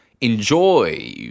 Enjoy